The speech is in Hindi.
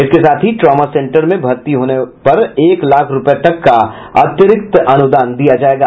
इसके साथ ही ट्रामा सेंटर में भर्ती होने पर एक लाख रूपये तक का अतिरिक्त अनुदान दिया जायेगा